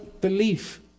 belief